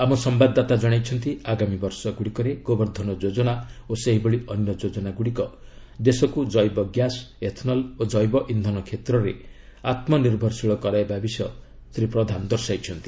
ଆମ ସମ୍ଘାଦଦାତା ଜଣାଇଛନ୍ତି ଆଗାମୀ ବର୍ଷଗୁଡ଼ିକରେ ଗୋବର୍ଦ୍ଧନ ଯୋଜନା ଓ ସେହିଭଳି ଅନ୍ୟ ଯୋଜନାଗୁଡ଼ିକ ଦେଶକୁ ଜୈବ ଗ୍ୟାସ୍ ଏଥନଲ୍ ଓ ଜୈବ ଇନ୍ଧନ କ୍ଷେତ୍ରରେ ଆତ୍ମନିର୍ଭରଶୀଳ କରାଇବା ବିଷୟ ଶ୍ରୀ ପ୍ରଧାନ ଦର୍ଶାଇଛନ୍ତି